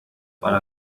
para